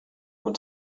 what